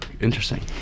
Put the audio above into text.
Interesting